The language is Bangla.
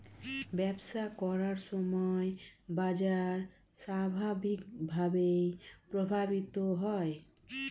ব্যবসা করার সময় বাজার স্বাভাবিকভাবেই প্রভাবিত হয়